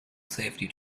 safety